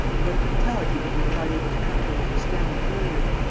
and what a fatality that we were not able to come to an understanding earlier!